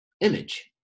image